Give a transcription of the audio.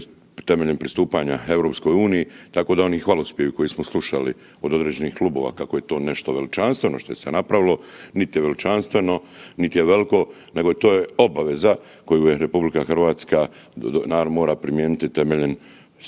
temeljem pristupanja EU-i, tako da oni hvalospjevi koje smo slušali od određenih klubova kako je to nešto veličanstveno što se napravilo, niti je veličanstveno niti je veliko, nego to je obaveza koju RH naravno mora primijeniti temeljem toga